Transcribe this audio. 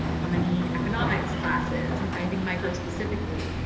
how many economics classes, i think micro-specifically.